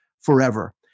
forever